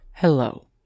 Hello